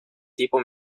tipo